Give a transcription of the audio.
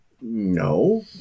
No